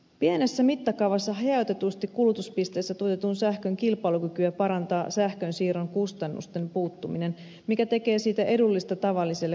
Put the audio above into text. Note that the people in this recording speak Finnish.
pienessä mittakaavassa hajautetusti kulutuspisteessä tuotetun sähkön kilpailukykyä parantaa sähkön siirron kustannusten puuttuminen mikä tekee siitä edullista tavallisille kuluttajille